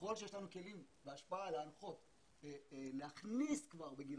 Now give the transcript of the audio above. ככל שיש לנו כלים והשפעה להנחות להכניס כבר בגיל